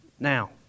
Now